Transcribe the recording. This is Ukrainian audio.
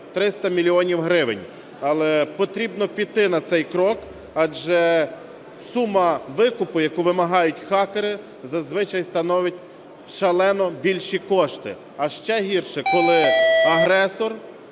300 мільйонів гривень, але потрібно піти на цей крок, адже сума викупу, яку вимагають хакери, зазвичай становить шалено більші кошти. А ще гірше, коли агресор